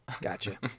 gotcha